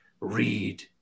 read